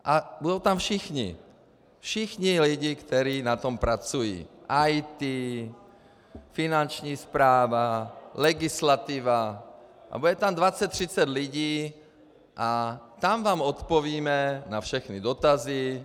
A budou tam všichni lidé, kteří na tom pracují, i finanční správa, legislativa, bude tam 2030 lidí, a tam vám odpovíme na všechny dotazy.